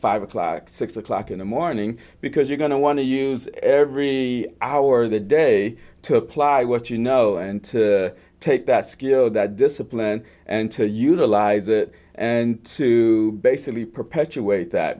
five o'clock six o'clock in the morning because you're going to want to use every hour of the day to apply what you know and take that skill that discipline and to utilize that and to basically perpetuate that